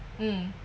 mm